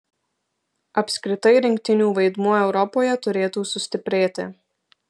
apskritai rinktinių vaidmuo europoje turėtų sustiprėti